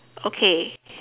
okay